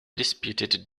disputed